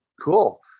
Cool